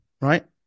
right